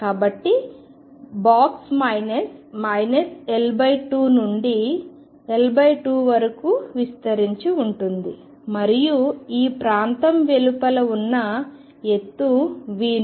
కాబట్టి box minus L2 నుండి L2 వరకు విస్తరించి ఉంటుంది మరియు ఈ ప్రాంతం వెలుపల ఉన్న ఎత్తు V0